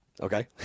okay